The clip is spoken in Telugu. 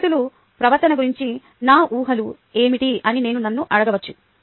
విద్యార్థుల ప్రవర్తన గురించి నా ఊహలు ఏమిటి అని నేను నన్ను అడగవచ్చు